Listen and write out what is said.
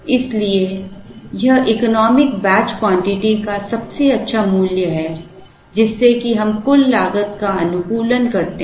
इसलिए यह economic batch quantity का सबसे अच्छा मूल्य है जिससे कि हम कुल लागत का अनुकूलन करते हैं